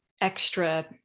extra